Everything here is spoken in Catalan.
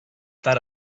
tard